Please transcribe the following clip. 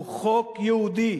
הוא חוק יהודי,